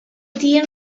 tia